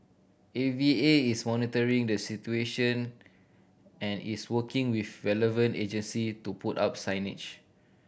A V A is monitoring the situation and is working with relevant agencies to put up signage